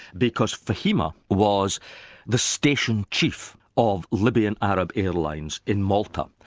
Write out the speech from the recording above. because fahima was the station chief of libyan arab airlines in malta,